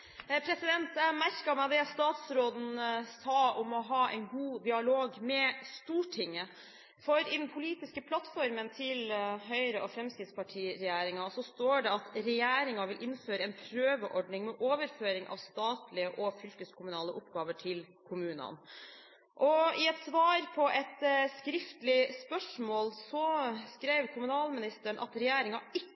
Jeg merket meg det statsråden sa om å ha en god dialog med Stortinget, for i den politiske plattformen til Høyre–Fremskrittsparti-regjeringen står det at regjeringen vil: «Innføre en prøveordning med overføring av statlige og fylkeskommunale oppgaver til kommunene.» I et svar på et skriftlig spørsmål skrev kommunalministeren at regjeringen ikke